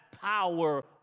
power